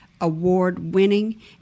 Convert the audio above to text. award-winning